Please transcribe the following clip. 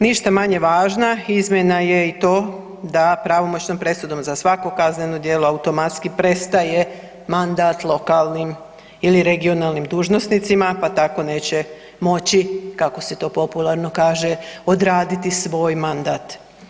Ništa manje važna izmjena je i to da pravomoćnom presudom za svako kazneno djelo automatski prestaje mandat lokalnim ili regionalnim dužnosnicima, pa tako neće moći kako se to popularno kaže odraditi svoj mandat.